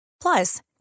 Plus